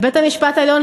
בית-המשפט העליון,